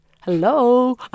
Hello